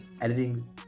editing